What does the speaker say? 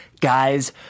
Guys